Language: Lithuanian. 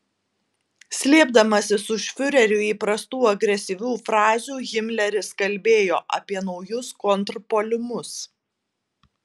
slėpdamasis už fiureriui įprastų agresyvių frazių himleris kalbėjo apie naujus kontrpuolimus